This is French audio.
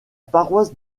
paroisse